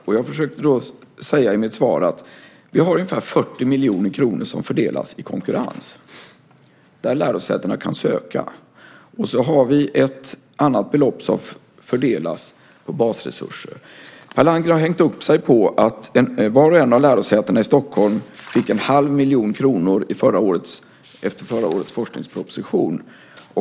Jag försökte säga i mitt svar att vi har ungefär 40 miljoner kronor som fördelas i konkurrens och som lärosätena kan söka. Vi har ett annat belopp som fördelas på basresurser. Per Landgren har hängt upp sig på att vart och ett av lärosätena i Stockholm fick en halv miljon kronor efter förra årets forskningsproposition.